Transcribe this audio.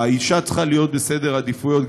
האישה צריכה להיות במקום גבוה יותר בסדר העדיפויות.